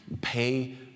Pay